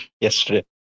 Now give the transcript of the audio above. yesterday